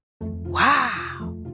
Wow